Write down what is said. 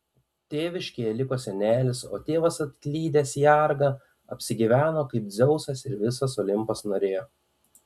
tėviškėje liko senelis o tėvas atklydęs į argą apsigyveno kaip dzeusas ir visas olimpas norėjo